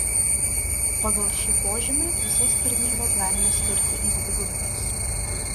pagal šį požymį visas tarnybas galima skirti į dvi grupes